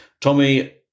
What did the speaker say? Tommy